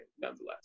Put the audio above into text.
nonetheless